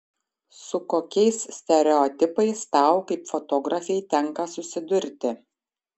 su kokiais stereotipais tau kaip fotografei tenka susidurti